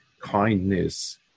kindness